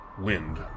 wind